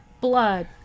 blood